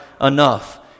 enough